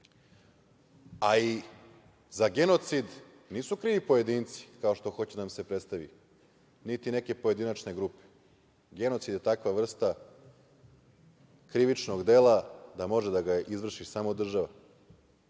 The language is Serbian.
Za genocid nisu krivi pojedinci, kao što hoće da nam se predstavi, niti neke pojedinačne grupe, genocid je takva vrsta krivičnog dela da može da ga izvrši samo država